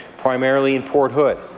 primarily in port hood.